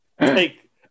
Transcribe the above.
take